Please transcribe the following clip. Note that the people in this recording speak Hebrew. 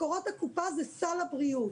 מקורות הקופה זה סל הבריאות,